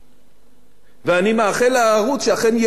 אני מאחל לערוץ שאכן יבריא מקשייו,